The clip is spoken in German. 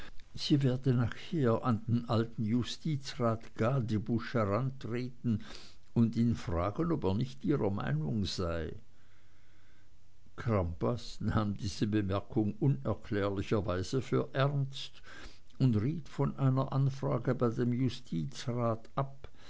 sie werde nachher an den alten justizrat gadebusch herantreten und ihn fragen ob er nicht ihrer meinung sei crampas nahm diese bemerkung unerklärlicherweise für ernst und riet von einer anfrage bei dem justizrat ab